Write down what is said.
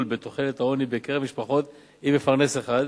בתחולת העוני בקרב משפחות עם מפרנס אחד.